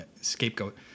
scapegoat